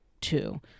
two